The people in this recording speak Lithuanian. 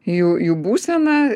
jų jų būsena